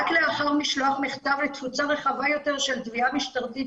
רק לאחר משלוח מכתב לתפוצה רחבה יותר של תביעה משטרתית,